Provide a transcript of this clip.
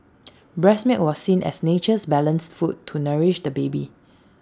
breast milk was seen as nature's balanced food to nourish the baby